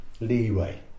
leeway